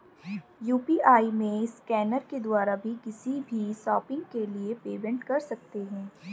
UPI में scanner के द्वारा भी किसी भी शॉपिंग के लिए पेमेंट कर सकते है